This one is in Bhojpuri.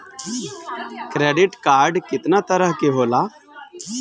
क्रेडिट कार्ड कितना तरह के होला?